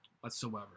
whatsoever